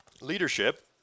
leadership